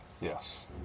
Yes